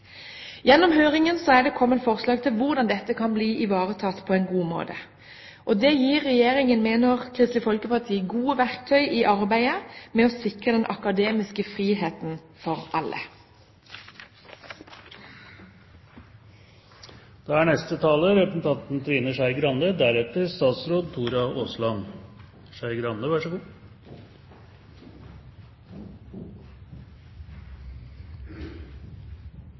Gjennom høringen er det kommet forslag til hvordan dette kan bli ivaretatt på en god måte. Det gir Regjeringen, mener Kristelig Folkeparti, gode verktøy i arbeidet med å sikre den akademiske friheten for alle. Denne saken er